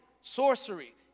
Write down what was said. sorcery